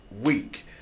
week